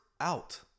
out